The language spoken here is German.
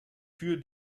für